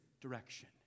direction